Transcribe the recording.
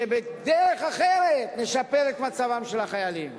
שבדרך אחרת נשפר את מצבם של החיילים.